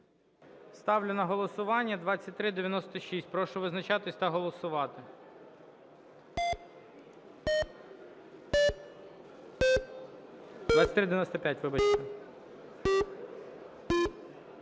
Ставлю на голосування 2396. Прошу визначатись та голосувати. 2395, вибачте.